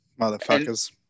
Motherfuckers